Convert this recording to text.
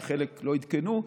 כי חלק לא עדכנו,